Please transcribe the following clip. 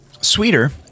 sweeter